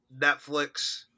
netflix